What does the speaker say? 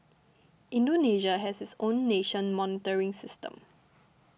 Indonesia has its own nation monitoring system